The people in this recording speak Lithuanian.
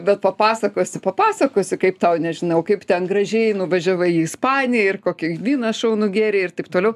bet papasakosi papasakosi kaip tau nežinau kaip ten gražiai nuvažiavai į ispaniją ir kokį vyną šaunų gėrei ir taip toliau